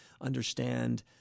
understand –